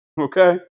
Okay